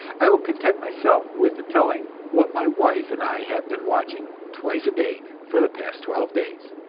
i will content myself with telling what my wife and i have been watching, twice a day for the past twelve days.